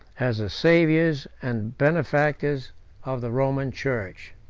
as the saviors and benefactors of the roman church.